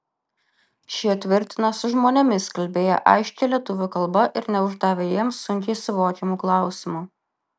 šie tvirtina su žmonėmis kalbėję aiškia lietuvių kalba ir neuždavę jiems sunkiai suvokiamų klausimų